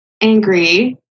angry